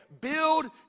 build